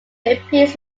appears